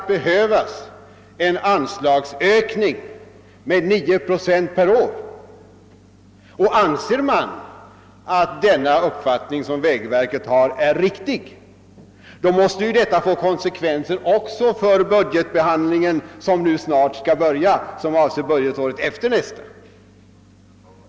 Anser man att denna uppfattning, som vägverket har, är riktig, måste ju detta få konsekvenser också för den budgetbehandling som nu snart skall börja och som avser budgetåret efter nästa.